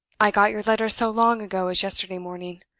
i got your letter so long ago as yesterday morning.